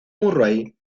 murray